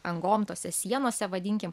angom tose sienose vadinkim